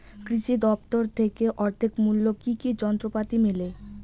কৃষি দফতর থেকে অর্ধেক মূল্য কি কি যন্ত্রপাতি মেলে?